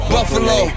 Buffalo